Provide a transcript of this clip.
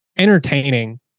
entertaining